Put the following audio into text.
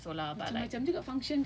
mm I guess so lah but like